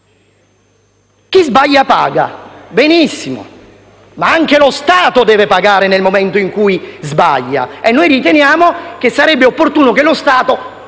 Chi sbaglia paga. Benissimo, ma anche lo Stato deve pagare nel momento in cui sbaglia. Noi riteniamo che sarebbe opportuno che lo Stato